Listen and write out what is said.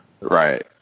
Right